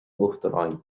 uachtaráin